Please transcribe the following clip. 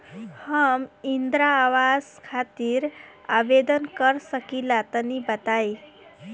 हम इंद्रा आवास खातिर आवेदन कर सकिला तनि बताई?